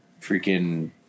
Freaking